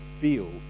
feel